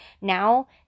now